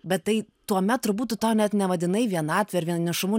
bet tai tuomet turbūt tu to net nevadinai vienatve ir vien nišumu